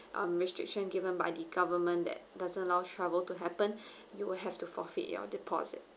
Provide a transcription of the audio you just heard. um restriction given by the government that doesn't allow travel to happen you will have to forfeit your deposit